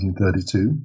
1932